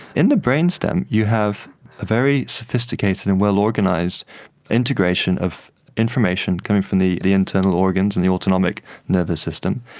in the brainstem you have a very sophisticated and well-organised integration of information coming from the the internal organs and the autonomic nervous system,